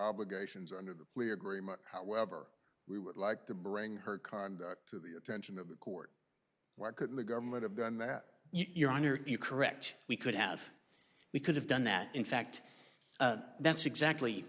obligations under the plea agreement however we would like to bring her conduct to the attention of the court why couldn't the government have done that your honor to be correct we could have we could have done that in fact that's exactly